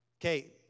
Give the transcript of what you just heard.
okay